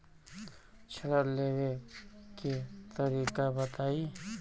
ऋण लेवे के तरीका बताई?